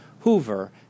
Hoover